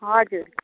हजुर